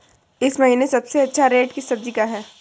इस महीने सबसे अच्छा रेट किस सब्जी का है?